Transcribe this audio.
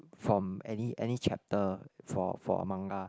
from any any chapter for for a manga